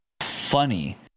funny